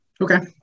okay